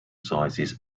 sizes